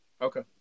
okay